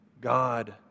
God